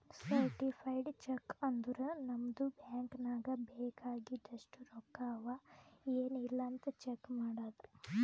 certified cheque ಅಂದುರ್ ನಮ್ದು bank ನಾಗ್ ಬೇಕ್ ಆಗಿದಷ್ಟು ರೊಕ್ಕಾ ಅವಾ ಎನ್ ಇಲ್ಲ್ ಅಂತ್ ಚೆಕ್ ಮಾಡದ್